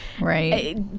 Right